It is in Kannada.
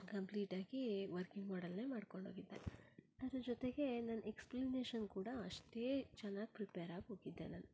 ಕಂಪ್ಲೀಟಾಗಿ ವರ್ಕಿಂಗ್ ಮಾಡೆಲ್ನೇ ಮಾಡ್ಕೊಂಡು ಹೋಗಿದ್ದೆ ಅದರ ಜೊತೆಗೆ ನನ್ನ ಎಕ್ಸ್ಪ್ಲೆನೇಷನ್ ಕೂಡ ಅಷ್ಟೇ ಚೆನ್ನಾಗಿ ಪ್ರಿಪೇರಾಗಿ ಹೋಗಿದ್ದೆ ನಾನು